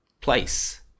place